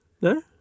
No